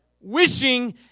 Wishing